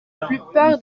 plupart